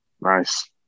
Nice